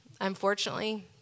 Unfortunately